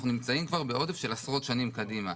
אנחנו נמצאים כבר בעודף של עשרות שנים קדימה.